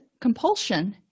compulsion